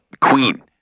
queen